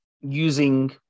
using